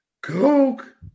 Coke